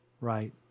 right